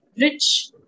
rich